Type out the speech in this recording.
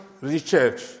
research